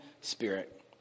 spirit